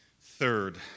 Third